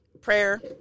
prayer